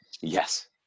Yes